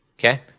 Okay